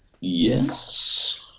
Yes